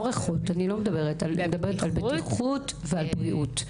אני לא מדברת על ריחות על בטיחות ועל בריאות.